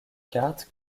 carte